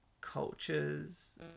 culture's